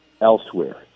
elsewhere